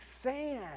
sand